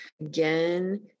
again